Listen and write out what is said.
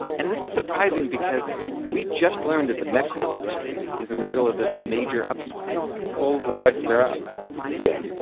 and this is surprising because we just learned that the met coal industry is in the middle of this major upswing cause coal says the prices are up yeah.